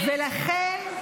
ולכן,